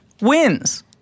wins